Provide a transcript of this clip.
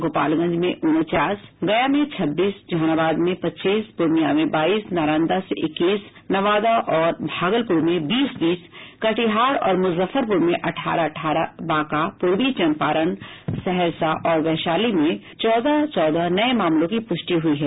गोपालगंज में उनचास गया में छब्बीस जहानाबाद में पच्चीस पूर्णिया में बाईस नालंदा से इक्कीस नवादा और भागलपुर में बीस बीस कटिहार और मुजफ्फरपुर में अठारह अठारह बांका पूर्वी चंपारण सहरसा और वैशाली में चौदह चौदह नये मामलों की पुष्टि हुई है